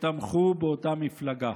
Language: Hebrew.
ותמכו באותה מפלגה.